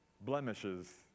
blemishes